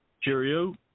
cheerio